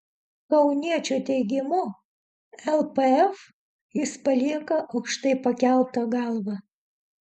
kauniečio teigimu lpf jis palieka aukštai pakelta galva